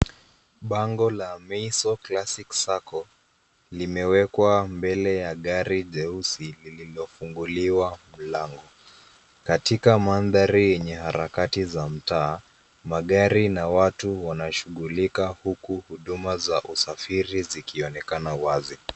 Bango la Mayson Classic Sacco limewekwa mbele ya gari jeusi lililofunguliwa mlango. Katika mandhari yenye harakati za mtaa, magari na watu wanashughulika huku huduma za usafiri zikionekana wazi.